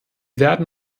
werden